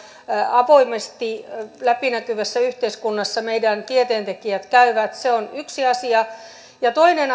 avoimesti läpinäkyvässä yhteiskunnassa meidän tieteentekijät käyvät se on yksi asia toinen